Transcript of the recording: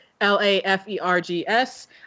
L-A-F-E-R-G-S